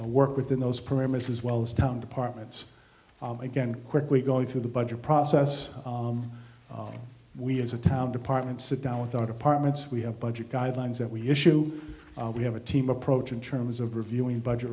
we work within those parameters as well as down departments again quickly going through the budget process we as a town department sit down with our departments we have budget guidelines that we issue we have a team approach in terms of reviewing budget